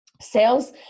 Sales